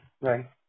Right